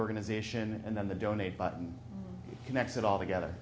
organization and then the donate button connects it all together